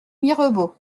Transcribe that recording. mirebeau